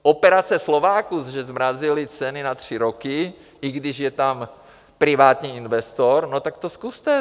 Operace Slováků, že zmrazili ceny na tři roky, i když je tam privátní investor, no tak to zkuste.